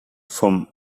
vom